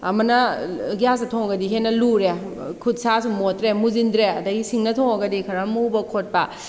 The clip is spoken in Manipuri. ꯑꯃꯅ ꯒ꯭ꯌꯥꯁꯇ ꯊꯣꯡꯉꯒꯗꯤ ꯍꯦꯟꯅ ꯂꯨꯔꯦ ꯈꯨꯠꯁꯥꯁꯨ ꯃꯣꯠꯇ꯭ꯔꯦ ꯃꯨꯁꯤꯟꯗ꯭ꯔꯦ ꯑꯗꯩ ꯁꯤꯡꯗ ꯊꯣꯡꯉꯒꯗꯤ ꯈꯔ ꯃꯨꯕ ꯈꯣꯠꯄ